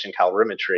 calorimetry